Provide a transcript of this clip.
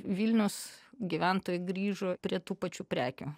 vilnius gyventojai grįžo prie tų pačių prekių